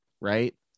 Right